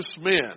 men